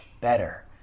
better